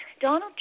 Donald